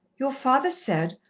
your father said,